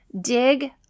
dig